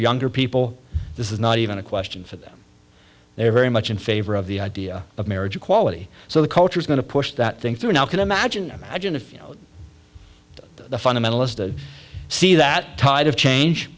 younger people this is not even a question for them they are very much in favor of the idea of marriage equality so the culture is going to push that thing through now can imagine imagine if the fundamentalists to see that tide of change